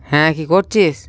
হ্যাঁ কী করছিস